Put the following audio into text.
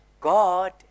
God